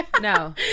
no